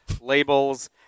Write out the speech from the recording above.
labels